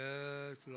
Yes